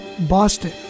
Boston